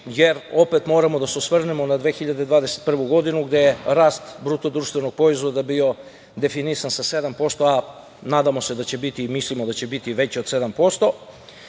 jer opet moramo da se osvrnemo na 2021. godinu gde je rast BDP bio definisan sa 7%, a nadamo se da će biti i mislimo da će biti veći od 7%,